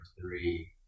three